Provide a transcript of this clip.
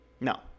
No